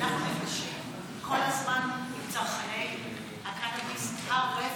אנחנו נפגשים כל הזמן עם צרכני הקנביס הרפואי.